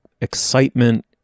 excitement